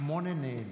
שמונה נענו.